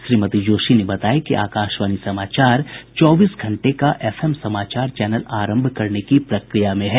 श्रीमती जोशी ने बताया कि आकाशवाणी समाचार चौबीसों घंटे का एफ एम समाचार चैनल आरम्भ करने की प्रक्रिया में है